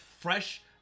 fresh